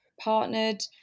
partnered